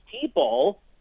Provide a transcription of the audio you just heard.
people